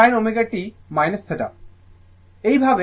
তো sin ω t θ